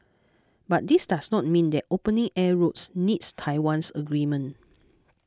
but this does not mean that opening air routes needs Taiwan's agreement